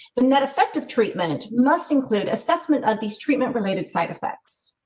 but and that effective treatment must include assessment of these treatment related side effects.